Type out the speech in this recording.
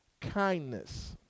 kindness